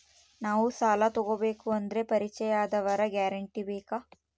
ನಾವು ಸಾಲ ತೋಗಬೇಕು ಅಂದರೆ ಪರಿಚಯದವರ ಗ್ಯಾರಂಟಿ ಬೇಕಾ?